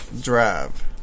Drive